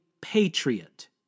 patriot